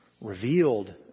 revealed